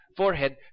forehead